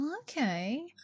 Okay